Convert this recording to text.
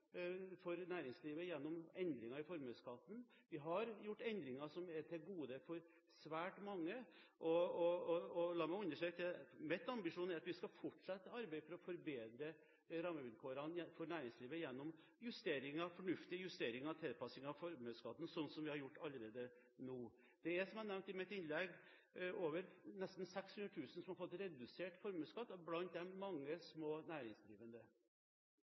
for næringslivet gjennom endringer i formuesskatten. Vi har gjort endringer som er til gode for svært mange. La meg understreke at min ambisjon er at vi fortsatt skal arbeide for å forbedre rammevilkårene for næringslivet gjennom fornuftige justeringer og tilpasninger av formuesskatten, sånn som vi allerede har gjort. Det er, som jeg nevnte i mitt innlegg, nesten 600 000 som har fått redusert formuesskatt, blant dem mange små næringsdrivende.